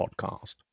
Podcast